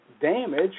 damage